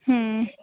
हम्म